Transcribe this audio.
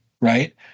right